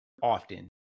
often